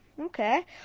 Okay